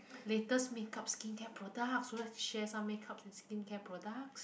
latest makeup skincare products so let's share some makeup and skincare products